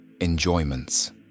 enjoyments